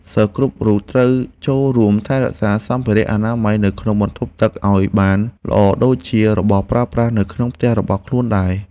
សិស្សគ្រប់រូបត្រូវចូលរួមថែរក្សាសម្ភារៈអនាម័យនៅក្នុងបន្ទប់ទឹកឱ្យបានល្អដូចជារបស់ប្រើប្រាស់នៅផ្ទះរបស់ខ្លួនដែរ។